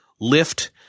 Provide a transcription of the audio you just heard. lift